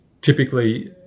typically